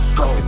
go